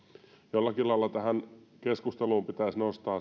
jollakin lailla tähän keskusteluun pitäisi nostaa